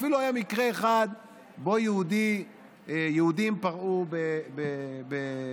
אפילו היה מקרה אחד שבו יהודים פרעו בערבים.